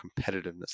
competitiveness